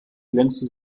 glänzte